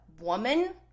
woman